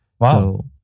Wow